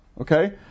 Okay